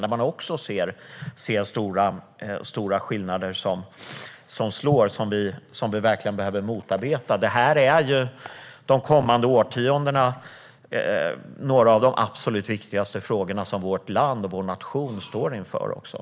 Där ser man stora skillnader som vi verkligen behöver motarbeta. Detta är några av de absolut viktigaste frågorna som vår nation står inför under de kommande årtiondena.